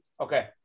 Okay